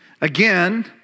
Again